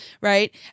right